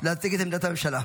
להציג את עמדת הממשלה.